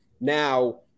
Now